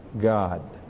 God